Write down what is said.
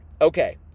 okay